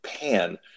pan